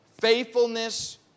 faithfulness